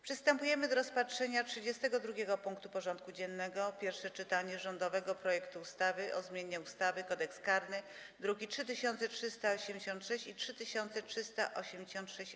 Przystępujemy do rozpatrzenia punktu 32. porządku dziennego: Pierwsze czytanie rządowego projektu ustawy o zmianie ustawy Kodeks karny (druki nr 3386 i 3386-A)